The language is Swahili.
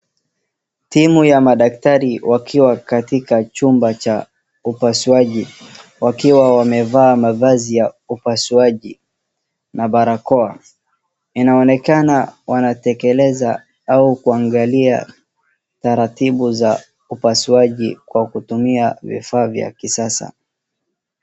Timu cha madaktari wakiwa katika chumba cha upasuaji wakiwa wamevaa mavazi ya upasuaji na barakoa . Inaonekana wanatengeneza au kuangalia taratibu za upasuaji kwa kutumia vifaa vya kisasa.